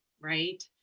right